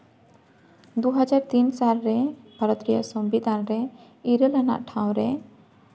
ᱫᱩ ᱦᱟᱡᱟᱨ ᱛᱤᱱ ᱥᱟᱞᱨᱮ ᱵᱷᱟᱨᱚᱛ ᱨᱮᱭᱟᱜ ᱥᱚᱝᱵᱤᱫᱷᱟᱱ ᱨᱮ ᱤᱨᱟᱹᱞ ᱟᱱᱟᱜ ᱴᱷᱟᱶ ᱨᱮ